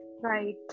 right